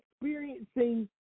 experiencing